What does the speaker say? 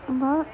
!huh!